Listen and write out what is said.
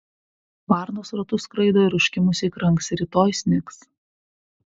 varnos ratu skraido ir užkimusiai kranksi rytoj snigs